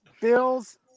Bills